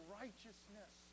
righteousness